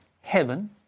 heaven